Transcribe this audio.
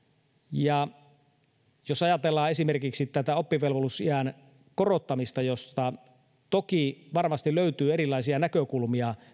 ja jos ajatellaan esimerkiksi tätä oppivelvollisuusiän korottamista jonka järkevyydestä toki varmasti löytyy erilaisia näkökulmia